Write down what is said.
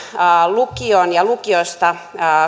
lukion ja lukiosta